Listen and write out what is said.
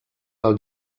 del